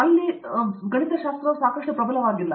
ಅಲ್ಲಿ ನಾವು ಭಾವಿಸಿದರೆ ಗಣಿತಶಾಸ್ತ್ರವು ಸಾಕಷ್ಟು ಪ್ರಬಲವಾಗಿಲ್ಲ